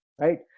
Right